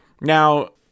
now